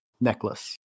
necklace